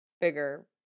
bigger